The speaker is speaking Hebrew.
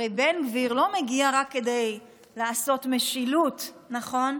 הרי בן גביר לא מגיע רק כדי לעשות משילות, נכון?